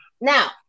Now